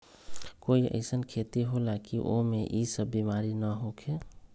कोई अईसन खेती होला की वो में ई सब बीमारी न होखे?